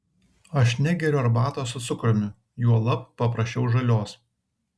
aš negeriu arbatos su cukrumi juolab paprašiau žalios